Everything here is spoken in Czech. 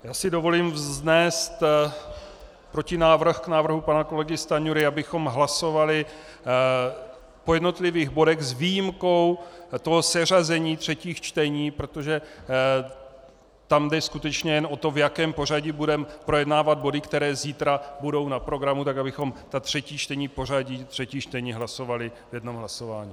Já si dovolím vznést protinávrh k návrhu pana kolegy Stanjury, abychom hlasovali po jednotlivých bodech, s výjimkou toho seřazení třetích čtení, protože tam jde skutečně jen o to, v jakém pořadí budeme projednávat body, které zítra budou na programu, tak abychom ta třetí čtení, pořadí třetích čtení, hlasovali v jednom hlasování.